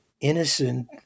innocent